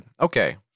Okay